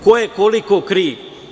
Ko je koliko kriv?